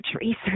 research